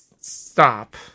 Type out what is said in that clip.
stop